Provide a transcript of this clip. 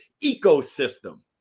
ecosystem